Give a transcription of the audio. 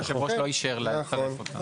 והיושב ראש לא אישר להחליף אותה.